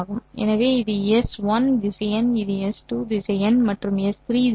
எனவே இது எஸ் 1 திசையன் இது எஸ் 2 திசையன் மற்றும் இது எஸ் 3 திசையன்